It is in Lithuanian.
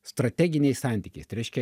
strateginiais santykiais tai reiškia